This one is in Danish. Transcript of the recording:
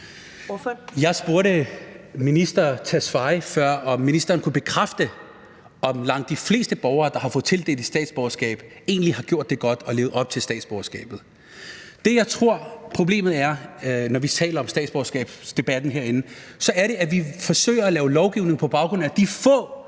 Jeg spurgte før ministeren, om han kunne bekræfte, at langt de fleste borgere, der har fået tildelt et statsborgerskab, egentlig har gjort det godt og levet op til statsborgerskabet. Det, jeg tror problemet er, når vi taler om statsborgerskab i debatten herinde, er det, at vi forsøger at lave lovgivning på baggrund af de få,